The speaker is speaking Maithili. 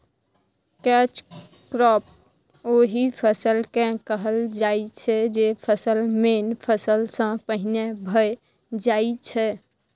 कैच क्रॉप ओहि फसल केँ कहल जाइ छै जे फसल मेन फसल सँ पहिने भए जाइ छै